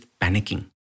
panicking